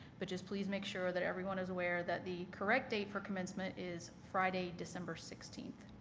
but just please make sure that everyone is aware that the correct date for commencement is friday, december sixteenth.